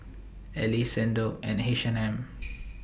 Elle Xndo and H and M